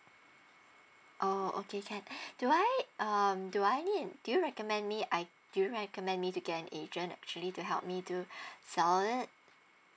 orh okay can do I um do I need an do you recommend me I do you recommend me to get an agent actually to help me to sell it